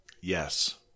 Yes